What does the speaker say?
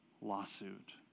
lawsuit